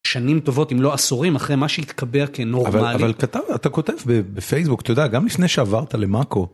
שנים טובות אם לא עשורים אחרי מה שהתקבל כנורמלי. אבל אתה כותב בפייסבוק, אתה יודע, גם לפני שעברת למאקו.